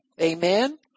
Amen